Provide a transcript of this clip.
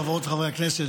חברות וחברי הכנסת,